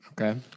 Okay